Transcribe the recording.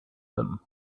them